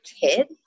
kid